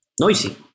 noisy